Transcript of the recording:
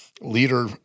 leader